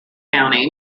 county